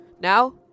Now